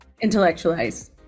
intellectualize